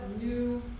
new